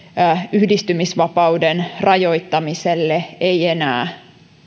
yhdistymisvapauden rajoittamiselle ei enää